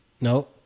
No